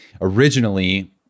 originally